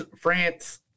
France